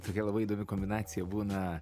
tokia labai įdomi kombinacija būna